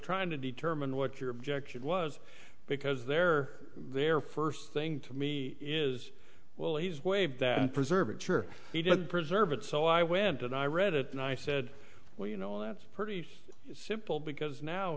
trying to determine what your objection was because they're there first thing to me is well he's waived that and preserve it sure he did preserve it so i went and i read it and i said well you know that's pretty simple because now